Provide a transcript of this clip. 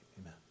Amen